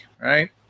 right